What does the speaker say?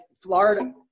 Florida